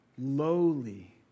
lowly